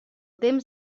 temps